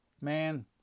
man